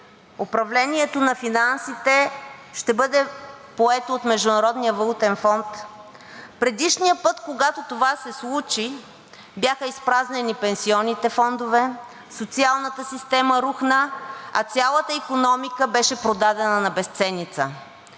управлението на финансите ще бъде поето от Международния валутен фонд. Предишния път, когато това се случи, бяха изпразнени пенсионните фондове, социалната система рухна, а цялата икономика беше продадена на безценица.